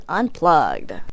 unplugged